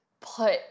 put